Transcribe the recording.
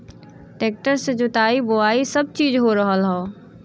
tractor से जोताई बोवाई सब चीज हो रहल हौ